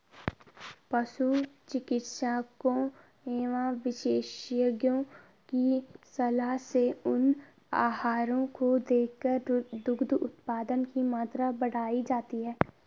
पशु चिकित्सकों एवं विशेषज्ञों की सलाह से उन आहारों को देकर दुग्ध उत्पादन की मात्रा बढ़ाई जाती है